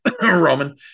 Roman